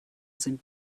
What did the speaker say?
sind